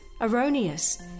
erroneous